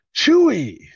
Chewie